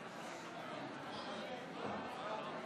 ולא רק היום.